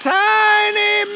tiny